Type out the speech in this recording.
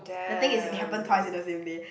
the thing is it happened twice in the same day